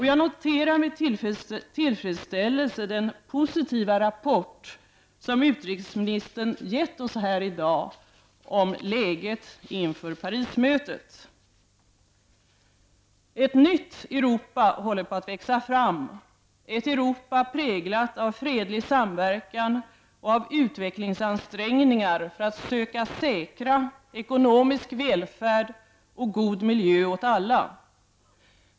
Jag noterar med tillfredsställelse den positiva rapport som utrikesministern givit oss här i dag om läget inför Ett nytt Europa håller på att växa fram. Ett Europa präglat av fredlig samverkan och av utvecklingsansträngningar för att söka säkra ekonomisk välfärd och god miljö åt alla.